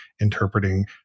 interpreting